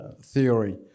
theory